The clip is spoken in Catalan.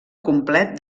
complet